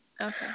Okay